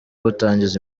gutangiza